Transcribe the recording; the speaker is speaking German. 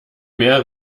mehr